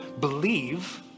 Believe